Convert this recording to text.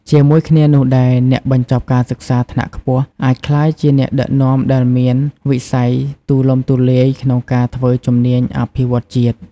ជាមួយគ្នានោះដែរ អ្នកបញ្ចប់ការសិក្សាថ្នាក់ខ្ពស់អាចក្លាយជាអ្នកដឹកនាំដែលមានវិស័យទូលំទូលាយក្នុងការធ្វើជំនាញអភិវឌ្ឍជាតិ។